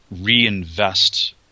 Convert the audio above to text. reinvest